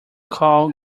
call